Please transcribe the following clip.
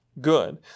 good